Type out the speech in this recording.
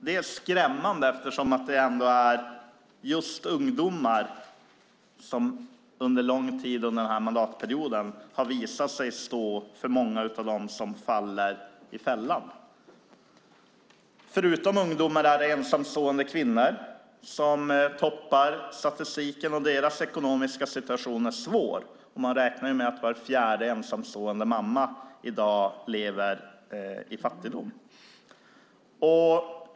Det är skrämmande eftersom det är just många ungdomar som under lång tid under denna mandatperiod har visat sig vara bland dem som faller i fällan. Förutom ungdomar är det ensamstående kvinnor som toppar statistiken, och deras ekonomiska situation är svår. Man räknar med att var fjärde ensamstående mamma i dag lever i fattigdom.